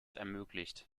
ermöglicht